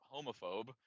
homophobe